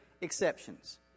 exceptions